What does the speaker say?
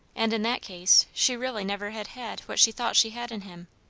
and in that case she really never had had what she thought she had in him.